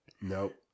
Nope